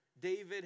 David